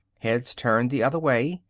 heads turned the other way.